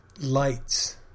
lights